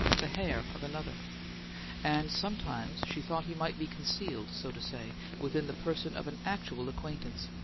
the hair of another and sometimes she thought he might be concealed, so to say, within the person of an actual acquaintance,